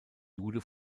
jude